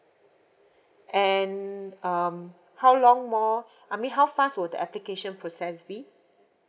and um how long more I mean how fast would the application process be